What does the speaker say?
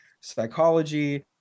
psychology